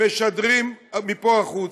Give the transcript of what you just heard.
משדרים מפה החוצה?